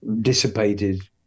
dissipated